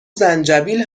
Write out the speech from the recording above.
زنجبیل